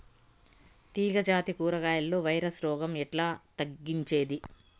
తీగ జాతి కూరగాయల్లో వైరస్ రోగం ఎట్లా తగ్గించేది?